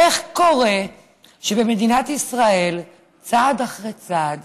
איך קורה שבמדינת ישראל צעד אחרי צעד